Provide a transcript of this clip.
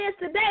today